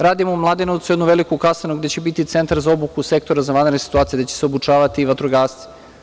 Radimo u Mladenovcu jednu veliku kasarnu gde će biti centar za obuku Sektora za vanredne situacije, gde će se obučavati i vatrogasci.